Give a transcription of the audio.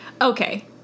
Okay